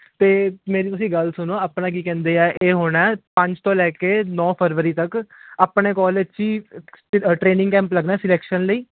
ਅਤੇ ਮੇਰੀ ਤੁਸੀਂ ਗੱਲ ਸੁਣੋ ਆਪਣਾ ਕੀ ਕਹਿੰਦੇ ਆ ਇਹ ਹੋਣਾ ਪੰਜ ਤੋਂ ਲੈ ਕੇ ਨੌਂ ਫਰਵਰੀ ਤੱਕ ਆਪਣੇ ਕਾਲਜ 'ਚ ਹੀ ਟ੍ਰੇਨਿੰਗ ਕੈਂਪ ਲੱਗਣਾ ਸਿਲੈਕਸ਼ਨ ਲਈ